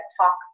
talk